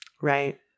Right